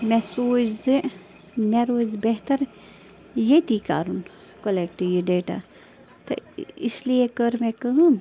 مےٚ سوٗنٛچ زِ مےٚ روزِ بہتَر ییٚتی کَرُن کۄلٮ۪کٹ یہِ ڈیٹَہ تہٕ اِسلیے کٔر مےٚ کٲم